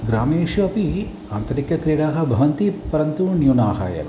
ग्रामेषु अपि आन्तरिकक्रीडाः भवन्ति परन्तु न्यूनाः एव